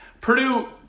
Purdue